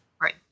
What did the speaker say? Right